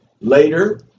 Later